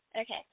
Okay